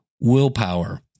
willpower